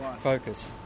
focus